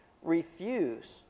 refuse